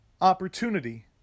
Opportunity